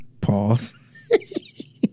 Pause